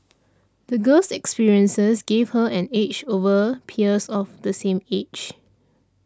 the girl's experiences gave her an edge over her peers of the same age